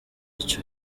ico